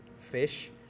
fish